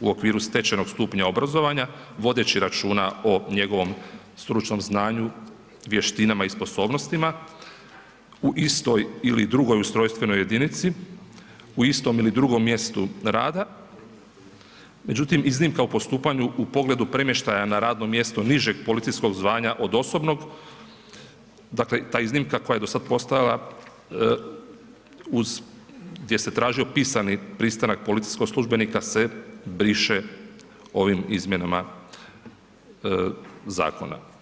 u okviru stečenog stupnja obrazovanja vodeći računa o njegovom stručnom znanju, vještinama i sposobnostima u istoj ili drugoj ustrojstvenoj jedinici, u istom ili drugom mjestu rada međutim iznimka o postupanju u pogledu premještaja na radno mjesto nižeg policijskog zvanja od osobnog, dakle ta iznimka koja je do sada postojala, uz gdje se tražio pisani pristanak policijskog službenika se briše ovim izmjenama zakona.